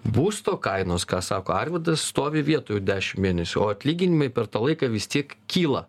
būsto kainos ką sako arvydas stovi vietoj jau dešim mėnesių o atlyginimai per tą laiką vis tiek kyla